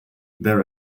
their